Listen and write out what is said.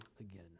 again